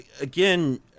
again